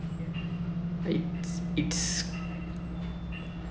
it it's